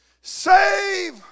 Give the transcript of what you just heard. save